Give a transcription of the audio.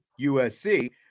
USC